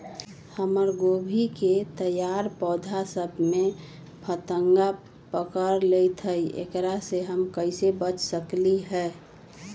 हमर गोभी के तैयार पौधा सब में फतंगा पकड़ लेई थई एकरा से हम कईसे बच सकली है?